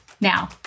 Now